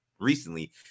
recently